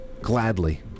Gladly